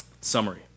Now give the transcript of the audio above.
Summary